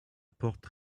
porte